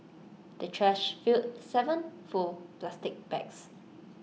the trash filled Seven full plastic bags